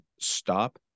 stop